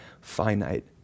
finite